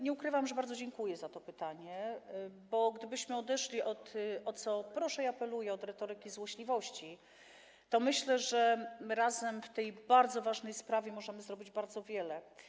Nie ukrywam, że bardzo dziękuję za to pytanie, bo gdybyśmy odeszli, o co proszę i apeluję, od retoryki złośliwości, to myślę, że razem w tej bardzo ważnej sprawie moglibyśmy zrobić bardzo wiele.